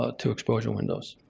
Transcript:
ah two exposure windows.